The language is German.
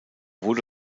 wurde